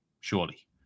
surely